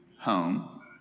Home